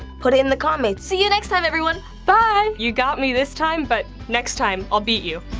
put it in the comments. see you next time, everyone. bye! you got me this time, but next time i'll beat you.